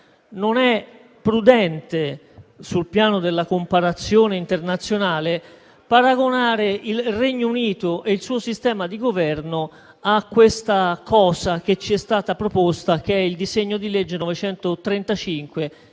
non è prudente, sul piano della comparazione internazionale, paragonare il Regno Unito e il suo sistema di governo a questa cosa che ci è stata proposta che è il disegno di legge n.